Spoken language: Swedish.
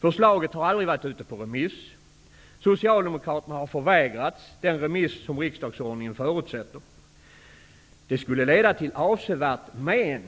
Förslaget har aldrig varit ute på remiss. Socialdemokraterna har förvägrats den remiss som riksdagsordningen förutsätter. Det skulle leda till avsevärt men,